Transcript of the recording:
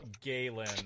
Galen